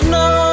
no